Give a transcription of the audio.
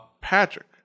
Patrick